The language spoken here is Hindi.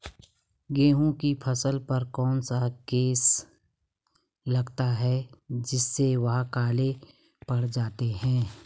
गेहूँ की फसल पर कौन सा केस लगता है जिससे वह काले पड़ जाते हैं?